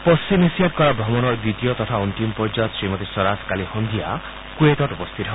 পশ্চিম এছিয়াত কৰা ভ্ৰমণৰ দ্বিতীয় তথা অন্তিম পৰ্যায়ত শ্ৰীমতী স্বৰাজ কালি সন্ধিয়া কুৱেইটত উপস্থিত হয়